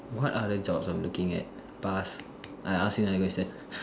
what other jobs I'm looking at bus I ask him then I go and say